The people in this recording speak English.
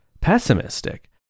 pessimistic